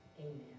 Amen